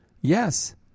Yes